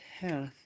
health